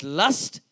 lust